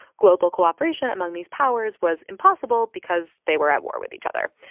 global cooperation among these powers was impossible because they were at war with each other.